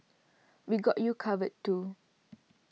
we got you covered too